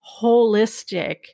holistic